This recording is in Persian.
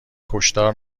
کشتار